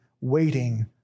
waiting